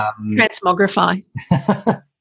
transmogrify